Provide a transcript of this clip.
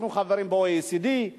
אנחנו חברים ב-OECD.